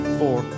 four